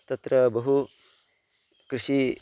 तत्र बहु कृषिः